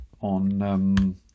on